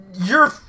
You're-